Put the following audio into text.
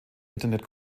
internet